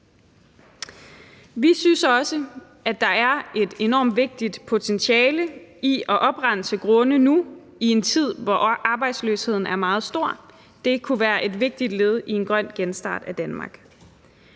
Vi synes også, at der er et enormt vigtigt potentiale i at oprense grunde nu i en tid, hvor arbejdsløsheden er meget stor. Det kunne være et vigtigt led i en grøn genstart af Danmark.